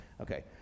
Okay